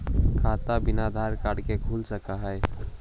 खाता बिना आधार कार्ड के खुल सक है?